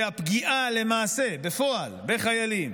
שהפגיעה למעשה, בפועל, בחיילים,